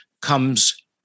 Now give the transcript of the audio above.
comes